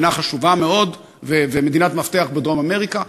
מדינה חשובה מאוד ומדינת מפתח בדרום אמריקה.